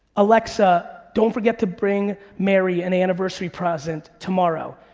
alexa don't forget to bring mary an anniversary present tomorrow.